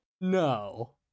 No